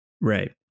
right